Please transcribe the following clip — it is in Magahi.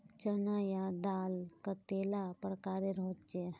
चना या दाल कतेला प्रकारेर होचे?